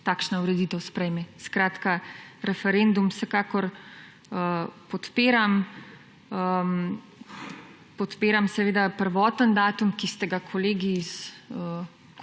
takšna ureditev sprejme. Skratka, referendum vsekakor podpiram, podpiram seveda prvotni datum, ki ste ga kolegi iz